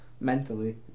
Mentally